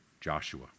Joshua